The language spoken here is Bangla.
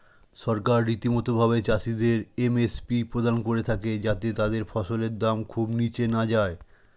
সরকার রীতিমতো ভাবে চাষিদের এম.এস.পি প্রদান করে থাকে যাতে তাদের ফসলের দাম খুব নীচে না যায়